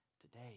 today